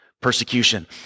persecution